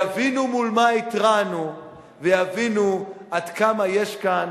יבינו מול מה התרענו ויבינו עד כמה יש כאן